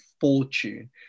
fortune